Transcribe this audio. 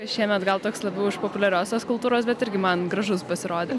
šiemet gal teks labiau už populiariosios kultūros bet irgi man gražus pasirodė